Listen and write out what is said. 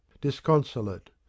disconsolate